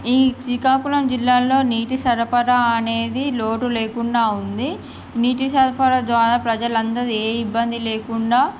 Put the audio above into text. ఈ శ్రీకాకుళం జిల్లాలో నీటి సరఫరా అనేది లోటు లేకుండా ఉంది నీటి సరఫరా ద్వారా ప్రజలందరూ ఏ ఇబ్బంది లేకుండా